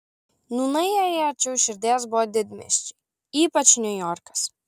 nūnai jai arčiau širdies buvo didmiesčiai ypač niujorkas